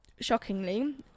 shockingly